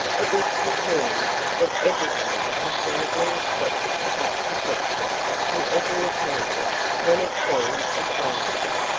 it was presumed that everybody would gladly accept such protection on every occasion when it seemed advisable.